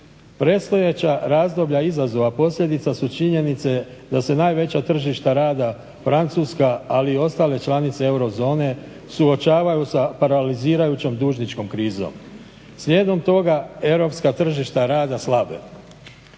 Predstojeća razdoblja izazova posljedica su činjenice da se najveća tržišta rada Francuska, ali i ostale članice euro zone suočavaju sa paralizirajućoj dužničkom krizom. Slijedom toga europska tržišta rada slabe.